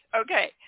okay